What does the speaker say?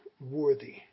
worthy